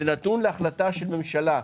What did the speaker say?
זה נתון להחלטה של ממשלה.